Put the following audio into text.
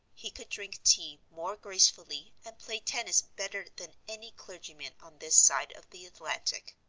he could drink tea more gracefully and play tennis better than any clergyman on this side of the atlantic.